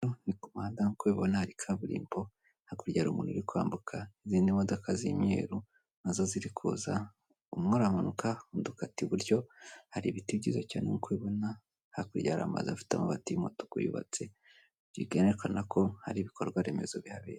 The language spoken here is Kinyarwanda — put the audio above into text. Ni ikinyabiziga kinini gitwara imizigo zitwara ibintu byinshi bitandukanye ibikoresho by'ubwubatsi ibiribwa ndetse n'indi ni ingenzi cyane mu mbaga nyamwinshi.